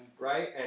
right